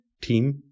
team